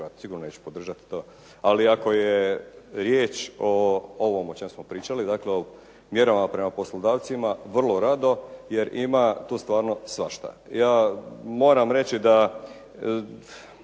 sigurno neću podržati to. Ali ako je riječ o ovome o čemu smo pričali, dakle o mjerama prema poslodavcima vrlo rado jer ima tu stvarno svašta. Ja moram reći da